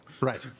right